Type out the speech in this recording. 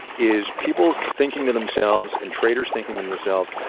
is people thinking to themselves and traders thinking to themselves,